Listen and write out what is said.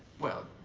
well,